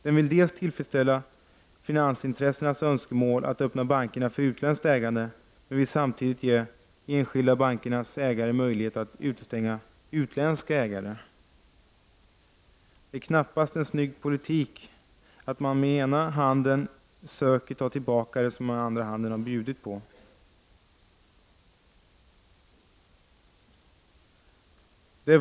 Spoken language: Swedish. Regeringen vill tillfredsställa finansintressenas önskemål att öppna bankerna för utländskt ägande samtidigt som den vill ge de enskilda bankernas ägare möjlighet att utestänga utländska ägare. Det är knappast en snygg politik att regeringen med ena handen söker ta tillbaka det som den med den andra har bjudit på.